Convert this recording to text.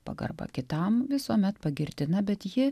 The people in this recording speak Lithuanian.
pagarba kitam visuomet pagirtina bet ji